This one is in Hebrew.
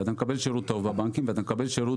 ואתה מקבל שירות טוב בבנקים ואתה מקבל שירות